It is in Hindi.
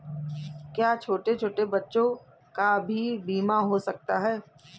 क्या छोटे छोटे बच्चों का भी बीमा हो सकता है?